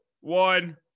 one